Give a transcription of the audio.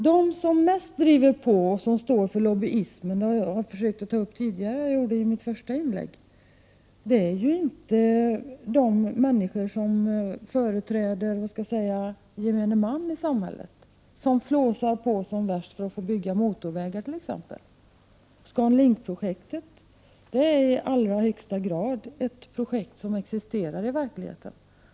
De som driver på mest och som står för lobbyverksamheten — jag har tagit upp den saken bl.a. i mitt första inlägg — och som flåsar på som värst för att få bygga motorvägar exempelvis är ju inte de som företräder gemene man i samhället. ScanLink-projektet är i allra högsta grad ett projekt som existerar i verkligheten.